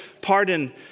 pardon